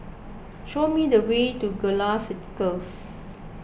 show me the way to Gallop Circus